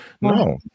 no